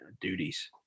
duties